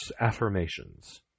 affirmations